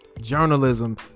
journalism